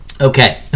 Okay